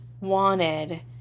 wanted